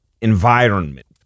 environment